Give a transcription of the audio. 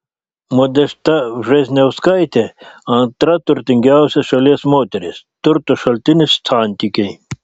modesta vžesniauskaitė antra turtingiausia šalies moteris turto šaltinis santykiai